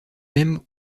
même